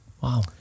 Wow